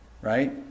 Right